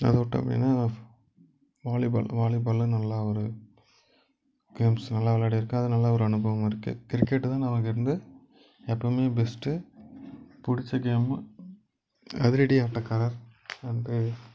அதை விட்டோம் அப்படின்னா வாலிபால் வாலிபால்லாம் நல்ல ஒரு கேம்ஸ் நல்லா விளாடிருக்கேன் அது நல்ல ஒரு அனுபவம் இருக்குது கிரிக்கெட்டு தான் நான் அங்கே இருந்து எப்போவுமே பெஸ்ட்டு பிடிச்ச கேமு அதிரடி ஆட்டகாரர் அண்டு